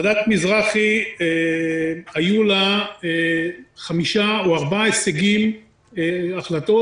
היו לה 5-4 הישגים או החלטות.